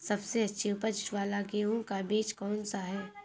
सबसे अच्छी उपज वाला गेहूँ का बीज कौन सा है?